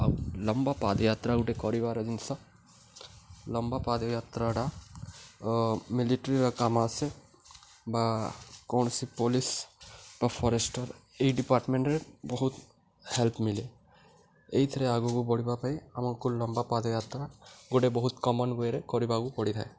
ଆଉ ଲମ୍ବା ପାଦଯାତ୍ରା ଗୋଟେ କରିବାର ଜିନିଷ ଲମ୍ବା ପାଦଯାତ୍ରଟା ମିଲିଟେରୀର କାମ ଆସେ ବା କୌଣସି ପୋଲିସ୍ ବା ଫରେଷ୍ଟର୍ ଏହି ଡିପାର୍ଟ୍ମେଣ୍ଟ୍ରେ ବହୁତ ହେଲ୍ପ ମିଳେ ଏଇଥିରେ ଆଗକୁ ବଢ଼ିବା ପାଇଁ ଆମକୁ ଲମ୍ବା ପାଦଯାତ୍ରା ଗୋଟେ ବହୁତ କମନ୍ ୱେରେ କରିବାକୁ ପଡ଼ିଥାଏ